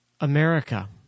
America